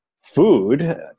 Food